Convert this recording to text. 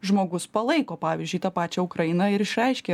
žmogus palaiko pavyzdžiui tą pačią ukrainą ir išreiškia